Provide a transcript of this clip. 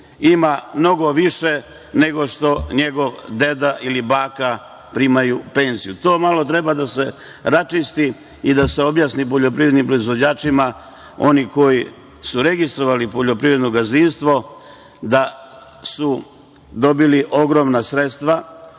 ima mnogo više nego što njegov deda ili baka primaju penziju. To malo treba da se raščisti i da se objasni poljoprivrednim proizvođačima, oni koji su registrovali poljoprivredno gazdinstvo, da su dobili ogromna sredstva